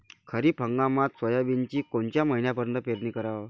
खरीप हंगामात सोयाबीनची कोनच्या महिन्यापर्यंत पेरनी कराव?